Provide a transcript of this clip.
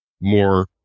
more